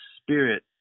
spirit